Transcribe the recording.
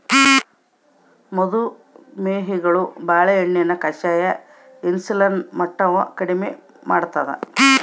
ಮದು ಮೇಹಿಗಳು ಬಾಳೆಹಣ್ಣಿನ ಕಷಾಯ ಇನ್ಸುಲಿನ್ ಮಟ್ಟವನ್ನು ಕಡಿಮೆ ಮಾಡ್ತಾದ